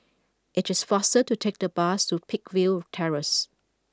it is faster to take the bus to Peakville Terrace